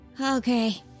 Okay